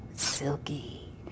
silky